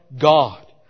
God